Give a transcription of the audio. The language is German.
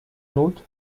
not